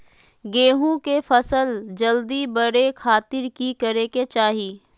गेहूं के फसल जल्दी बड़े खातिर की करे के चाही?